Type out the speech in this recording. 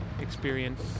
experience